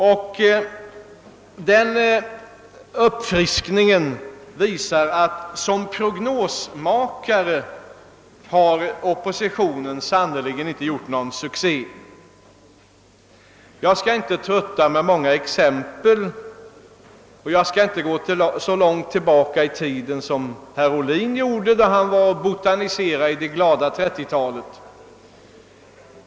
Jag har därvid kunnat konstatera att som prognosmakare har oppositionen sannerligen inte gjort någon succé. Jag skall inte trötta med många exempel, och jag skall inte gå så långt tillbaka i tiden som herr Ohlin gjorde när han botaniserade i det glada trettiotalet.